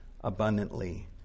abundantly